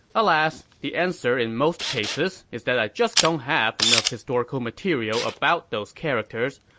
alas, the answer in most cases is that i just don't have enough historical material about those characters,